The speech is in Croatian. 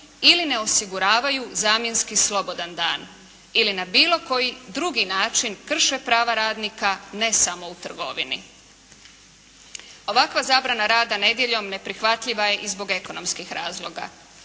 ili ne osiguravaju zamjenski slobodan dan ili na bilo koji drugi način krše prava radnika ne samo u trgovini. Ovakva zabrana rada nedjeljom neprihvatljiva je i iz ekonomskih razloga.